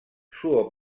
suo